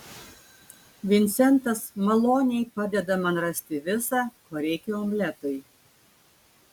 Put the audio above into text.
vincentas maloniai padeda man rasti visa ko reikia omletui